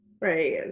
right